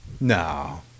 No